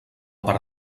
per